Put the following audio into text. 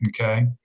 Okay